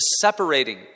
separating